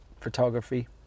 photography